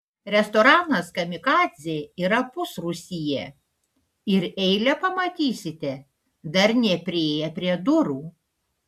restoranas kamikadzė yra pusrūsyje ir eilę pamatysite dar nepriėję prie durų